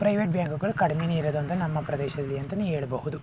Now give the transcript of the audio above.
private ಬ್ಯಾಂಕುಗಳು ಕಡಿಮೆನೇ ಇರೋದು ಅಂತ ನಮ್ಮ ಪ್ರದೇಶದಲ್ಲಿ ಅಂತನೇ ಹೇಳ್ಬೋದು